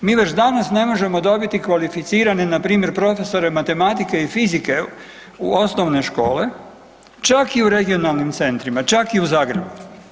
Mi već danas ne možemo dobiti kvalificirane npr. profesore matematike i fizike u osnovne škole, čak i u regionalnim centrima, čak i u Zagrebu.